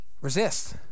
Resist